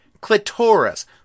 clitoris